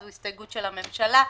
זו הסתייגות של הממשלה.